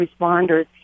responders